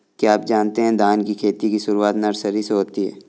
क्या आप जानते है धान की खेती की शुरुआत नर्सरी से होती है?